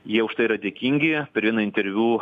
jie už tai yra dėkingi per vieną interviu